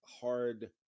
hard